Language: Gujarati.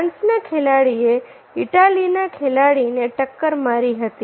ફ્રાન્સના ખેલાડીએ ઈટાલીના ખેલાડીને ટક્કર મારી હતી